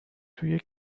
توی